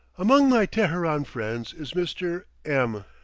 among my teheran friends is mr. m,